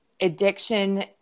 addiction